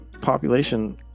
population